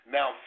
Now